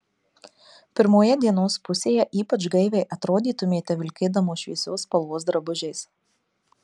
pirmoje dienos pusėje ypač gaiviai atrodytumėte vilkėdamos šviesios spalvos drabužiais